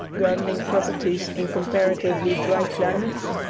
gardening properties in comparatively dry climates,